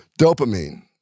dopamine